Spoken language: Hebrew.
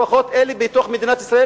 לפחות אלה בתוך מדינת ישראל,